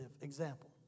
example